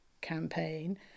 campaign